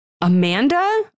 Amanda